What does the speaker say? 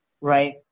right